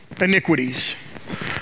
iniquities